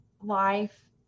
life